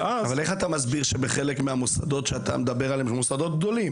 אבל איך אתה מסביר שחלק מהמוסדות שאתה מדבר עליהם הם מוסדות גדולים